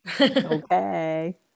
Okay